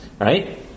right